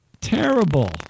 Terrible